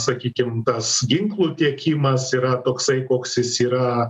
sakykim tas ginklų tiekimas yra toksai koks jis yra